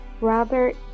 Robert